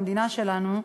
במדינה שלנו,